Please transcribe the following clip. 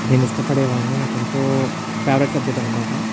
నేను ఇష్టపడేవాడిని నాకు ఎంతో ఫేవరెట్ సబ్జెక్ట్ అనమాట